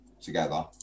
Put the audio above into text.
together